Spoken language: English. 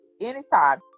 anytime